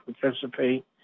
participate